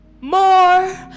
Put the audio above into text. more